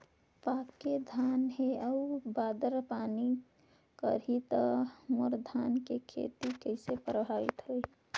पके धान हे अउ बादर पानी करही त मोर धान के खेती कइसे प्रभावित होही?